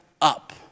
up